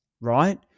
right